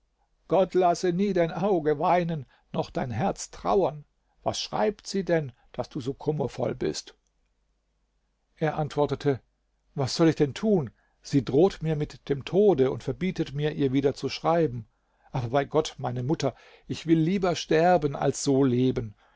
gott lasse nie dein auge weinen noch dein herz trauern was schreibt sie denn daß du so kummervoll bist er antwortete was soll ich denn tun sie droht mir mit dem tode und verbietet mir ihr wieder zu schreiben aber bei gott meine mutter ich will lieber sterben als so leben